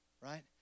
Right